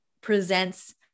presents